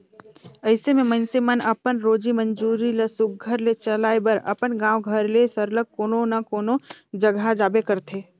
अइसे में मइनसे मन अपन रोजी मंजूरी ल सुग्घर ले चलाए बर अपन गाँव घर ले सरलग कोनो न कोनो जगहा जाबे करथे